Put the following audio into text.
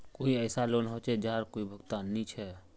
कोई ऐसा लोन होचे जहार कोई भुगतान नी छे?